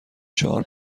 چهار